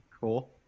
Cool